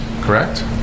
correct